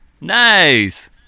Nice